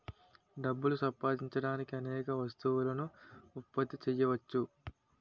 డబ్బులు సంపాదించడానికి అనేక వస్తువులను ఉత్పత్తి చేయవచ్చు